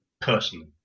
personally